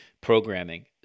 programming